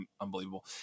unbelievable